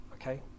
okay